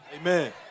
Amen